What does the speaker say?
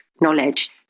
knowledge